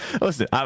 Listen